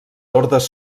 ordes